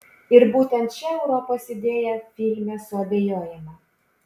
ir būtent šia europos idėja filme suabejojama